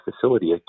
facility